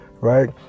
right